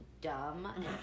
dumb